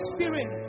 Spirit